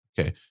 Okay